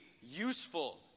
useful